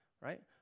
right